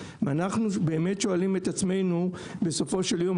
ואנחנו באמת שואלים את עצמנו בסופו של יום,